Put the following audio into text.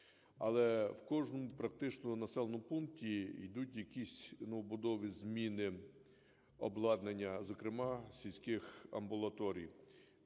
Але в кожному практично населеному пункті йдуть якісь новобудови, зміни обладнання, зокрема, сільських амбулаторій.